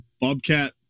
Bobcat